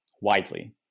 widely